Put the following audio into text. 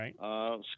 Right